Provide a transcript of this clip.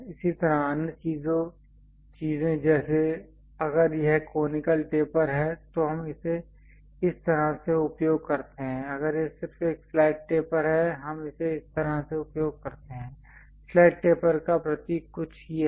इसी तरह अन्य चीजें जैसे अगर यह कोनिकल टेपर है तो हम इसे इस तरह से उपयोग करते हैं अगर यह सिर्फ एक फ्लैट टेपर है हम इसे इस तरह से उपयोग करते हैं फ्लैट टेपर का प्रतीक कुछ यह है